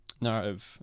narrative